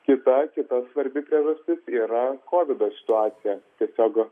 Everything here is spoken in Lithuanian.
kita kita svarbi priežastis yra kovido situacija tiesiog